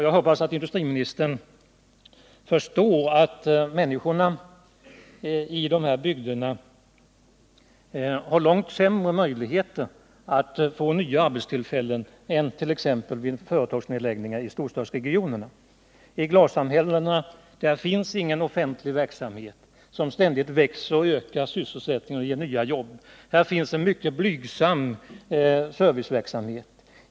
Jag hoppas att industriministern förstår att människornas möjligheter att få nya jobb i dessa bygder är långt sämre än t.ex. när det sker företagsnedläggningar i storstadsregionerna. I glasbrukssamhällena finns ingen offentlig verksamhet som ständigt växer, ökar sysselsättningen och ger nya jobb. Här finns en mycket blygsam serviceverksamhet.